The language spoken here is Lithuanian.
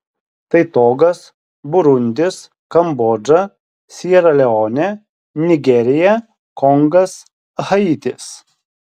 tai togas burundis kambodža siera leonė nigerija kongas haitis